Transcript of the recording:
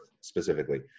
specifically